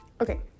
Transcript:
Okay